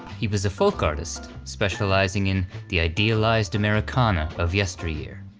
he was a folk artist specializing in the idealized americana of yesteryear.